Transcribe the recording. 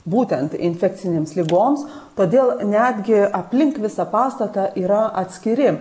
būtent infekcinėms ligoms todėl netgi aplink visą pastatą yra atskiri